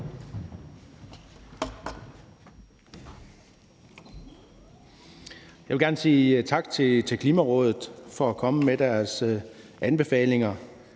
Jeg vil gerne sige tak til Klimarådet for at komme med deres anbefalinger.